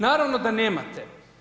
Naravno da nemate.